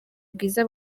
bwiza